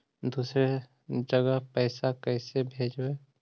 दुसरे जगह पैसा कैसे भेजबै?